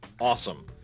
awesome